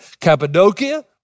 Cappadocia